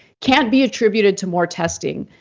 can't be attributed to more testing.